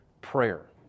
prayer